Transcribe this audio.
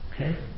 Okay